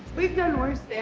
we've done worse things,